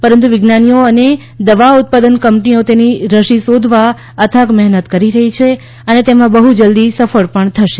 પરંતુ વિજ્ઞાનીઓ અને દવા ઉત્પાદન કંપનીઓ તેની રસી શોધવા અથાગ મહેનત કરી રહી છે અને તેમાં બહ્ જલ્દી સફળ થશે